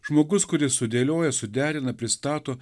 žmogus kuris sudėlioja suderina pristato